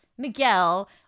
Miguel